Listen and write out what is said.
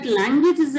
language